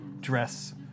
dress